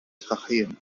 tracheen